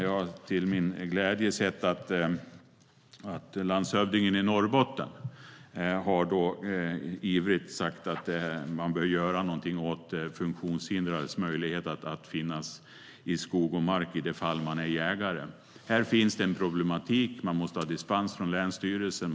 Jag har till min glädje sett att landshövdingen i Norrbotten ivrigt har sagt att man bör göra någonting åt funktionshindrades möjligheter att finnas i skog i mark i det fall de är jägare. Här finns en problematik. De måste ha dispens från länsstyrelsen.